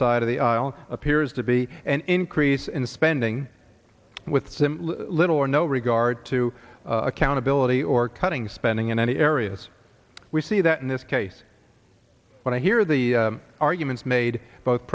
side of the aisle appears to be an increase in spending with him little or no regard to accountability or cutting spending in any areas we see that in this case when i hear the arguments made both